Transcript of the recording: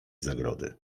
zagrody